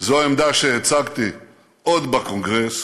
זו העמדה שהצגתי עוד בקונגרס,